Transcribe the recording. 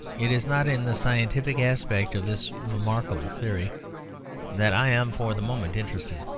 it is not in the scientific aspect of this remarkable theory that i am for the moment interested.